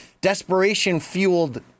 desperation-fueled